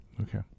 Okay